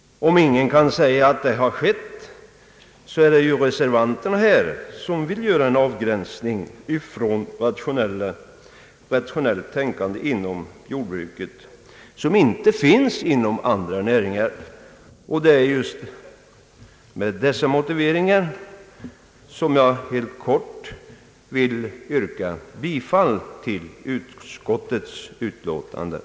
Om ingen kan säga att detta har skett är det ju reservanterna här som vill göra en avgränsning från rationellt tänkande inom jordbruket vilken inte finns inom andra näringar. Det är med dessa motiveringar som jag helt kort vill yrka bifall till utskottets hemställan.